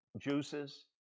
juices